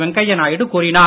வெங்கையா நாயுடு கூறினார்